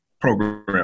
program